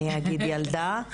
אם אני אגיד ילדה,